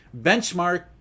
benchmark